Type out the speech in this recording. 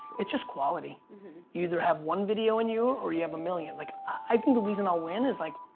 it's just quality. you either have one video in you or you have a million. like, i think the reason i'll win is like,